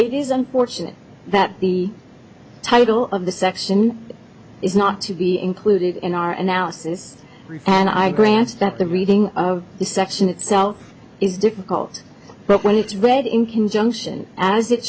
it is unfortunate that the title of the section is not to be included in our analysis and i grant that the reading of the section itself is difficult but when it's read in conjunction as it